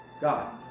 God